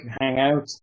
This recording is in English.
Hangout